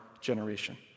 generation